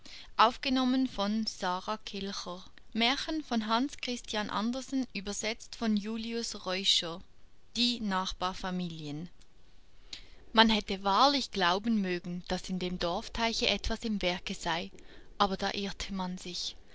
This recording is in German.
die nachbarfamilien man hätte wahrlich glauben mögen daß in dem dorfteiche etwas im werke sei aber da irrte man sich